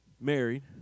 Married